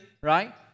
right